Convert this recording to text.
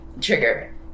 trigger